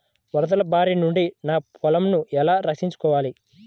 వరదల భారి నుండి నా పొలంను ఎలా రక్షించుకోవాలి?